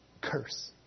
curse